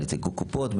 נציגי קופות החולים,